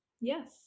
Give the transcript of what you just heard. Yes